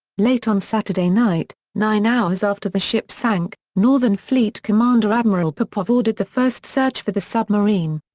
late on saturday night, nine hours after the ship sank, northern fleet commander admiral popov ordered the first search for the submarine.